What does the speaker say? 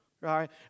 Right